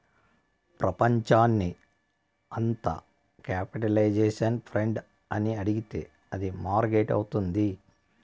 ప్రపంచాన్ని అంత capitalisation friend అని అడిగితే అది మార్కెట్ అవుతుంది